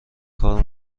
کار